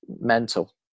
mental